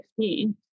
2015